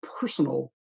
personal